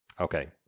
Okay